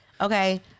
Okay